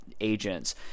agents